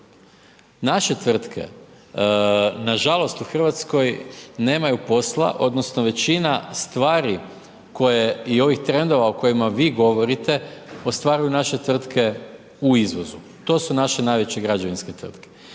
Naše tvrtke nažalost u Hrvatskoj nemaju posla, odnosno većina stvari koje i ovih trendova o kojima vi govorite ostvaruju naše tvrtke u izvozu. To su naše najveće građevinske tvrtke.